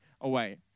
away